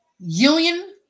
Union